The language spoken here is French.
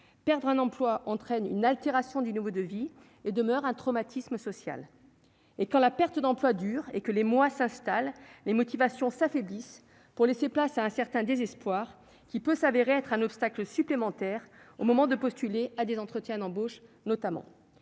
perdre un emploi entraîne une altération du nouveau devis et demeure un traumatisme social et quand la perte d'emploi, dur et que les mois s'installe, les motivations s'affaiblisse pour laisser place à un certain désespoir qui peut s'avérer être un obstacle supplémentaire au moment de postuler à des entretiens d'embauche notamment